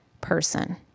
person